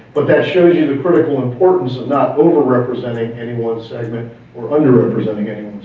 but that shows you the critical importance of not over representing any one segment or under representing any